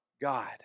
God